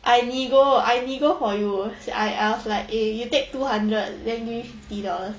I nego I nego for you say I I was like eh you take two hundred then give fifty dollars